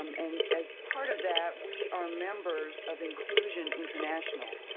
um and as part of that, we are members of inclusion international.